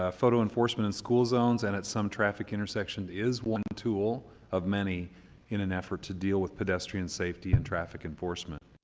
ah photo enforcement in school zones and as some traffic intersections is one tool of many in an effort to deal with pedestrian safety and traffic enforcement.